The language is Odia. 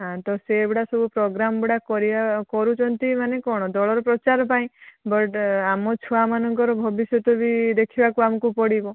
ହଁ ତ ସେଗୁଡ଼ା ସବୁ ପ୍ରୋଗ୍ରାମ୍ ଗୁଡ଼ା କରିବା କରୁଛନ୍ତି ମାନେ କଣ ଦଳ ର ପ୍ରଚାରପାଇଁ ବଟ୍ ଆମ ଛୁଆମାନଙ୍କ ର ଭବିଷ୍ୟତ ବି ଦେଖିବାକୁ ଆମକୁ ପଡ଼ିବ